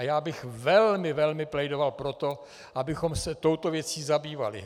Já bych velmi, velmi plédoval pro to, abychom se touto věcí zabývali.